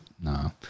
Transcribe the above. No